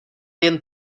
jen